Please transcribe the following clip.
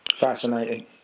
Fascinating